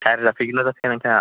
हायेर जाफैगोनना जाफैया नोंथाङा